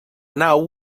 nau